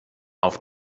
auf